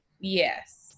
yes